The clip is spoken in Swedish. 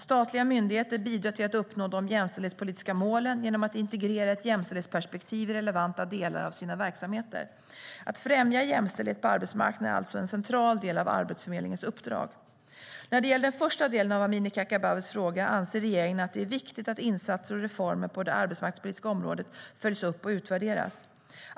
Statliga myndigheter bidrar till att uppnå de jämställdhetspolitiska målen genom att integrera ett jämställdhetsperspektiv i relevanta delar av sina verksamheter. Att främja jämställdhet på arbetsmarknaden är alltså en central del av Arbetsförmedlingens uppdrag. När det gäller den första delen av Amineh Kakabavehs fråga anser regeringen att det är viktigt att insatser och reformer på det arbetsmarknadspolitiska området följs upp och utvärderas.